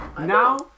now